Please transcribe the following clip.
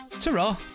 Ta-ra